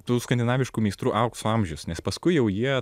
tų skandinaviškų meistrų aukso amžius nes paskui jau jie